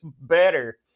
better